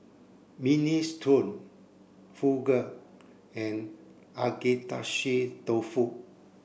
Minestrone Fugu and Agedashi dofu